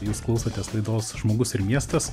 jūs klausotės laidos žmogus ir miestas